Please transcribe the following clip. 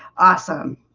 awesome.